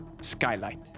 Skylight